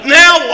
now